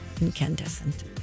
Incandescent